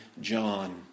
John